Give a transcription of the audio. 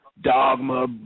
dogma